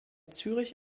zürich